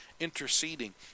interceding